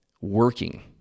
working